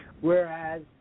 Whereas